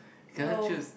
no